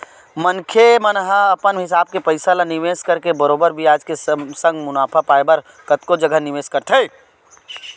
मनखे मन ह अपन हिसाब ले पइसा ल निवेस करके बरोबर बियाज के संग मुनाफा पाय बर कतको जघा म निवेस करथे